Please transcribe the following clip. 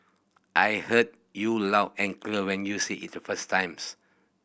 I heard you loud and clear when you said it the first times